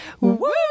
Woo